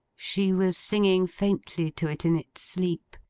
she was singing faintly to it in its sleep,